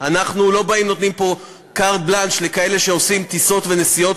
אנחנו לא באים ונותנים פה carte blanche לכאלה שעושים טיסות ונסיעות